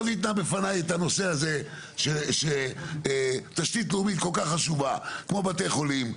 ואז הועלה בפניי הנושא הזה של תשתית לאומית כל כך חשובה כמו בתי חולים,